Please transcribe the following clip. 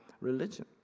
religion